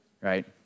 right